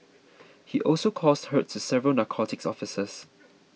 he also caused hurt to several narcotics officers